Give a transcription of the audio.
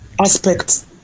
aspects